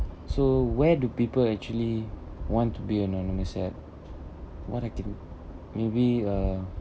so where do people actually want to be anonymous at what activity maybe uh